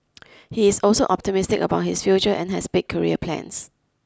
he is also optimistic about his future and has big career plans